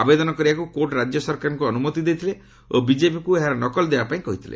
ଆବେଦନ କରିବାକୁ କୋର୍ଟ ରାଜ୍ୟ ସରକାରଙ୍କୁ ଅନୁମତି ଦେଇଥିଲେ ଓ ବିଜେପିକୁ ଏହାର ନକଲ ଦେବା ପାଇଁ କହିଥିଲେ